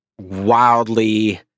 wildly